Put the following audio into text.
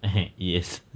yes